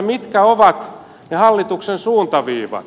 mitkä ovat ne hallituksen suuntaviivat